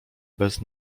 bez